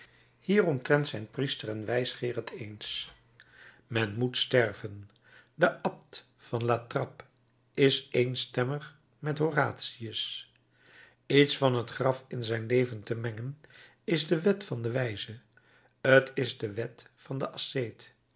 hieromtrent zijn priester en wijsgeer het eens men moet sterven de abt van la trappe is eenstemmig met horatius iets van het graf in zijn leven te mengen is de wet van den wijze t is de wet van den asceet